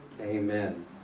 amen